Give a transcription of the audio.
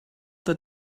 that